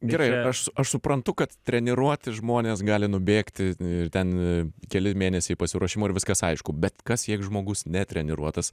gerai aš aš suprantu kad treniruoti žmonės gali nubėgti ir ten keli mėnesiai pasiruošimo ir viskas aišku bet kas jeigu žmogus netreniruotas